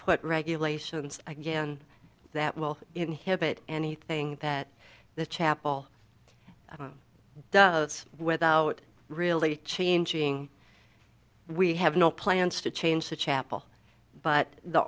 put regulations again that will inhibit anything that the chapel without really changing we have no plans to change the chapel but the